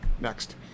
Next